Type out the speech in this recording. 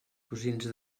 cosins